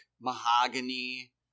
mahogany